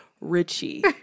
Richie